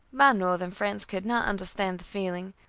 my northern friends could not understand the feeling,